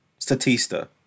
Statista